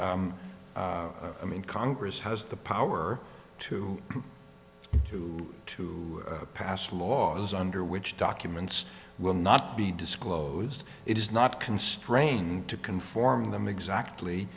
and i mean congress has the power to do to pass laws under which documents will not be disclosed it is not constrained to conform them exactly